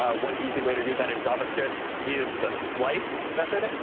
ah one easy way to do that in javascript is the splice method.